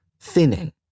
thinning